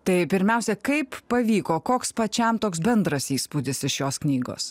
tai pirmiausia kaip pavyko koks pačiam toks bendras įspūdis iš jos knygos